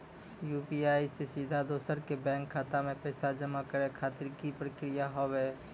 UPI से सीधा दोसर के बैंक खाता मे पैसा जमा करे खातिर की प्रक्रिया हाव हाय?